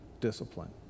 discipline